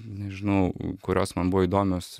nežinau kurios man buvo įdomios